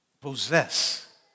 possess